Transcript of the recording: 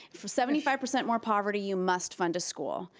for seventy five percent more poverty, you must fund a school,